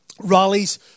rallies